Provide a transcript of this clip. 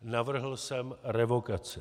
Navrhl jsem revokaci.